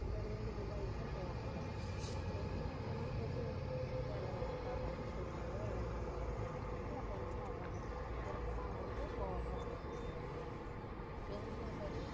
சிலர் வந்து துபாய்க்கும் போவாங்கள் பசங்கள் போணும்னா எங்கே வேணாலும் போயிட்டு வேலைப் பார்க்கவேண்டிய சூல்நிலையில வேலை போய் பார்த்துதான் இருக்கணுன்ட்டு எந்த ஊருங்களுக்கும் அவங்கவுங்க விருப்பமான ஊருக்குப் போவாங்கள் வருவாங்கள் செய்வாங்கள் பெண்களும் சரி